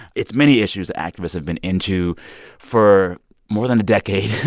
it's many issues activists have been into for more than a decade.